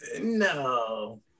No